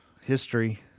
history